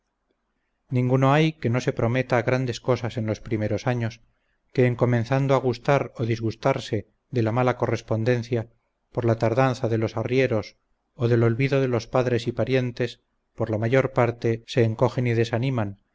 ninguno hay que no se prometa grandes cosas en los primeros años que en comenzando a gustar o disgustarse de la mala correspondencia por la tardanza de los arrieros o del olvido de los padres y parientes por la mayor parte se encogen y desaniman